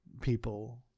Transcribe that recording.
people